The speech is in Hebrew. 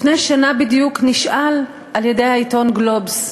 לפני שנה בדיוק, נשאל על-ידי העיתון "גלובס",